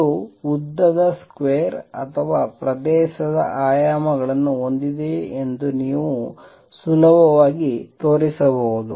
ಇದು ಉದ್ದದ ಸ್ಕ್ವೇರ್ ಅಥವಾ ಪ್ರದೇಶದ ಆಯಾಮಗಳನ್ನು ಹೊಂದಿದೆ ಎಂದು ನೀವು ಸುಲಭವಾಗಿ ತೋರಿಸಬಹುದು